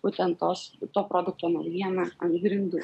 būtent tos to produkto naujieną ant grindų